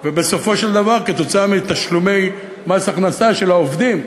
ובסופו של דבר, עקב תשלומי מס הכנסה של העובדים,